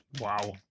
Wow